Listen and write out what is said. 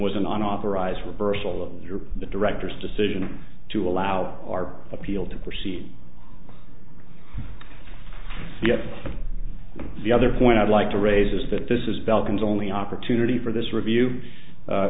an unauthorized reversal of your the director's decision to allow our appeal to proceed yet the other point i'd like to raise is that this is balcones only opportunity for this review